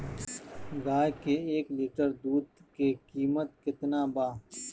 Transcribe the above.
गाय के एक लीटर दूध के कीमत केतना बा?